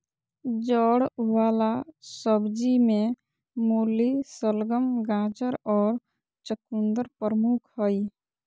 जड़ वला सब्जि में मूली, शलगम, गाजर और चकुंदर प्रमुख हइ